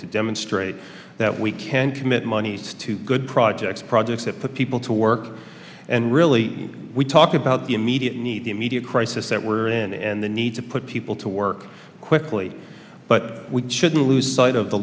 to demonstrate that we can commit money to good projects projects that put people to work and really we talk about the immediate needs immediate crisis that we're in and the need to put people to work quickly but we shouldn't lose sight of the